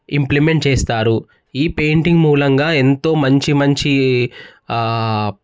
implement చేస్తారు ఈ painting మూలంగా ఎంతో మంచి మంచి